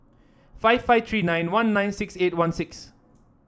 five five three nine one nine six eight one six